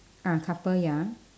ah couple ya